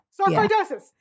Sarcoidosis